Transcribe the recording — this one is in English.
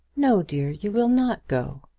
no, dear you will not go.